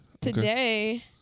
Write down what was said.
Today